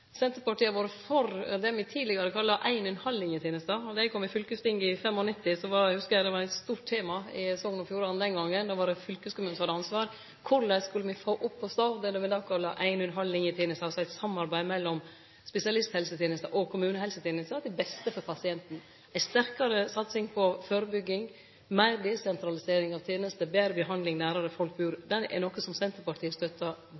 Senterpartiet har vore for det me tidlegare kalla 1 ½-linjetenesta. Då eg kom inn i fylkestinget i 1995, hugsar eg det var eit stort tema i Sogn og Fjordane den gongen – då var det fylkeskommunen som hadde ansvar – korleis me skulle få opp å stå det me då kalla 1 ½-linjetenesta, som var eit samarbeid mellom spesialisthelsetenesta og kommunehelsetenesta til beste for pasienten. Ei sterkare satsing på førebygging, meir desentralisering av tenester, betre behandling nærare der folk bur, er noko Senterpartiet støttar